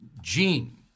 Gene